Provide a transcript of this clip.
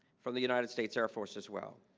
from the united states air force as well.